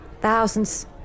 Thousands